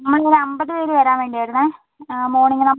നമ്മൾ ഒരു അമ്പത് പേർ വരാൻ വേണ്ടി ആയിരുന്നേ മോർണിംഗ്